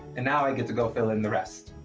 and now i get to go fill in the rest.